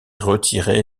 retirée